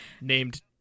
named